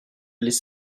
les